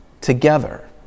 together